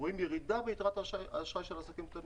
רואים ירידה ביתרת האשראי של עסקים קטנים.